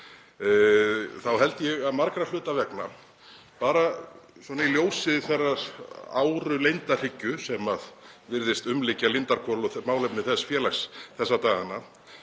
þá held ég að margra hluta vegna, bara í ljósi þeirrar áru leyndarhyggju sem virðist umlykja Lindarhvol og málefni þess félags þessa dagana,